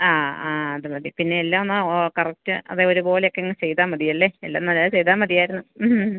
ആ ആ അതുമതി പിന്നെ എല്ലാമൊന്ന് ഓ കറക്റ്റ് അതെ ഒരുപോലെയങ്ങ് ചെയ്താല് മതിയല്ലേ എല്ലാം നല്ലതായി ചെയ്താല് മതിയായിരുന്നു മ് മ്